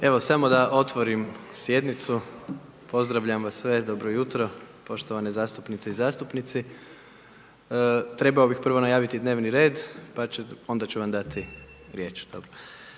Evo samo da otvorim sjednicu, pozdravljam vas sve, dobro jutro, poštovane zastupnice i zastupnici. Trebao bih prvo najaviti dnevni red pa onda ću vam dati riječ. Dakle